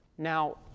Now